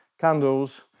candles